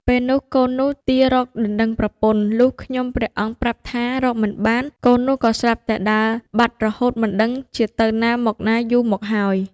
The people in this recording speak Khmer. ពេលមួយកូននោះទាររកដណ្ដឹងប្រពន្ធ លុះខ្ញុំព្រះអង្គប្រាប់ថារកមិនបាន កូននោះក៏ស្រាប់តែដើរបាត់រហូតមិនដឹងជាទៅណាមកណាយូរមកហើយ ។